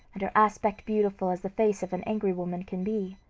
and her aspect beautiful as the face of an angry woman can be.